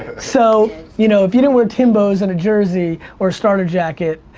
so you know if you didn't wear timbo's and a jersey or starter jacket,